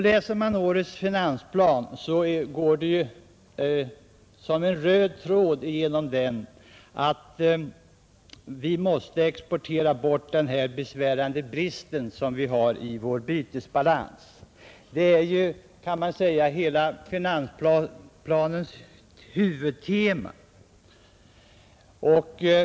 Läser man årets finansplan finner man att det går som en röd tråd igenom den att vi måste exportera bort den besvärande brist som vi har i vår bytesbalans. Det är, kan man säga, hela finansplanens huvudtema.